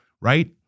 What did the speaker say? right